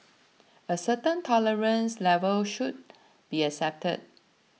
a certain tolerance level should be accepted